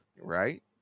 right